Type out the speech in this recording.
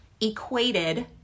equated